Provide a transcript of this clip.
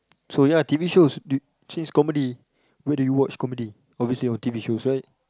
so ya t_v shows do you change comedy where do you watch comedy obviously on t_v shows right